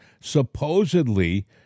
Supposedly